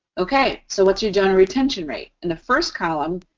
okay, so what's your donor retention rate? in the first column,